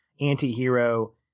anti-hero